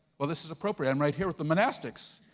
well, this is appropriate, i'm right here with monastics.